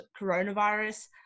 coronavirus